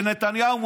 ונתניהו,